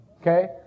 Okay